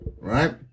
right